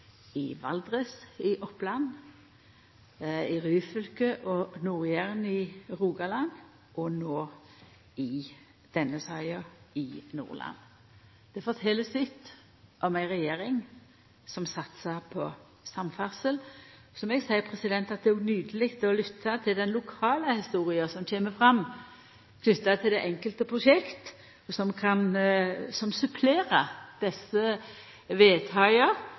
i Valdres, i Oppland, i Ryfylke og på Nord-Jæren i Rogaland – og no, i denne saka, i Nordland. Det fortel sitt om ei regjering som satsar på samferdsel. Så må eg seia at det er nydeleg å lytta til den lokale historia som kjem fram, knytt til det enkelte prosjekt, og som supplerer desse vedtaka